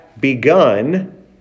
begun